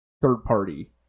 third-party